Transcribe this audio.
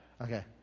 Okay